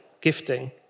gifting